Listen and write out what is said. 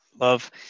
love